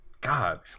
God